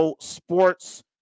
sports